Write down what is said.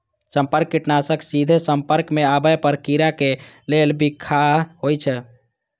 संपर्क कीटनाशक सीधे संपर्क मे आबै पर कीड़ा के लेल बिखाह होइ छै